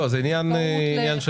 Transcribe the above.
לא, זה עניין של